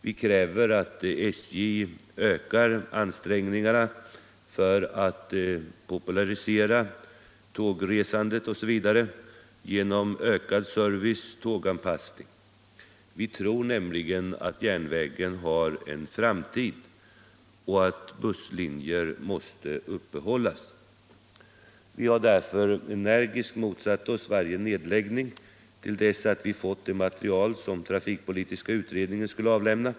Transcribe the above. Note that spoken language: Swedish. Vi kräver att SJ ökar ansträngningarna att popularisera tågresandet genom ökad service och tåganpassning. Vi tror nämligen att järnvägen har en framtid och att busslinjer måste upprätthållas. Vi har därför energiskt motsatt oss varje nedläggning till dess att vi fått det material som trafikpolitiska utredningen skulle avlämna.